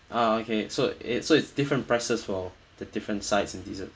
ah okay so it so it's different prices for the different sides and dessert